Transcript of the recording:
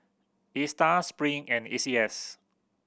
Astar Spring and A C S